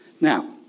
Now